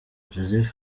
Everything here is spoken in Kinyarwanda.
joseph